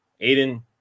Aiden